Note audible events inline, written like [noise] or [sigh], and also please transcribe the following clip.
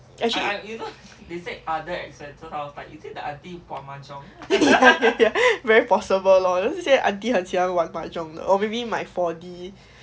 actually [laughs] ya ya ya very possible lor 这些 auntie 很喜欢玩 mahjong 的 or maybe 买 four D